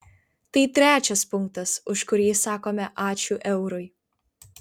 tai trečias punktas už kurį sakome ačiū eurui